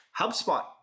HubSpot